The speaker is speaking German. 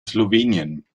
slowenien